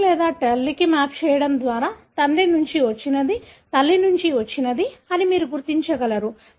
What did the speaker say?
తండ్రి లేదా తల్లికి మ్యాప్ చేయడం ద్వారా తండ్రి నుండి వచ్చినది తల్లి నుండి వచ్చినది అని మీరు గుర్తించగలరు